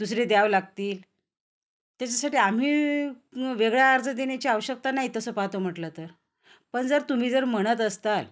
दुसरे द्यावे लागतील त्याच्यासाठी आम्ही वेगळा अर्ज देण्याची आवश्यकता नाही तसं पाहतो म्हटलं तर पण जर तुम्ही जर म्हणत असाल